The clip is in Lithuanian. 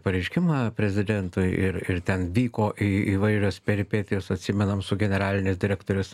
pareiškimą prezidentui ir ir ten vyko į įvairios peripetijos atsimenam su generalinės direktorės